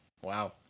Wow